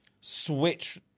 switch